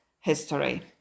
history